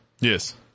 Yes